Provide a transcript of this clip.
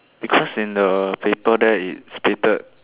because in the paper there it's stated